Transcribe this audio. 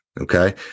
Okay